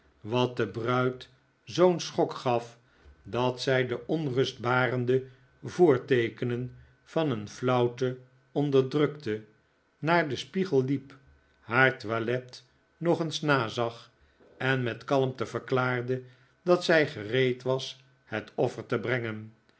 wat de bruid zoo'n schok gaf dat zij de onrustbarende voofteekenen van een flauwte onderdrukte naar den spiegel liep haar toilet nog eens nazag en met kalmte verklaarde dat zij gereed was het offer te brengen